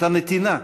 את הנתינה,